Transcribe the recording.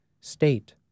state